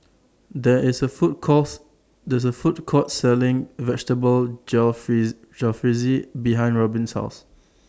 There IS A Food Courts This A Food Court Selling Vegetable Jalfrezi Jalfrezi behind Robyn's House